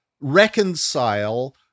reconcile